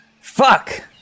Fuck